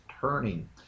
turning